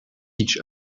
each